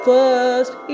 First